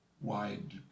wide